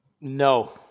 No